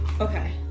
Okay